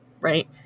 right